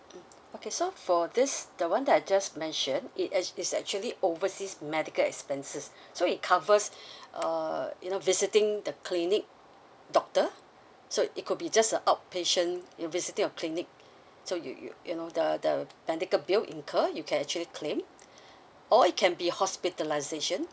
okay so for this the one that I just mentioned it ac~ it's actually overseas medical expenses so it covers uh you know visiting the clinic doctor so it could be just the outpatient you visiting a clinic so you you you know the the medical bill incur you can actually claim or it can be hospitalisation